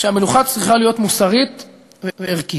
שהמלוכה צריכה להיות מוסרית וערכית.